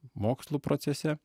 mokslų procese